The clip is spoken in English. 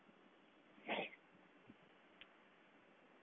!hey!